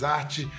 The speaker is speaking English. arte